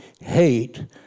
hate